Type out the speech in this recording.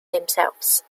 themselves